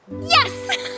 Yes